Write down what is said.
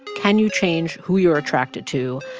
can you change who you're attracted to?